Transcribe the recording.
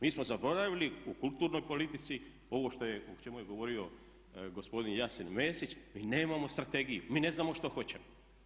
Mi smo zaboravili u kulturnoj politici ovo o čemu je govorio gospodin Jasen Mesić, mi nemamo strategiju, mi ne znamo što hoćemo.